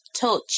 Touch